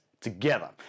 together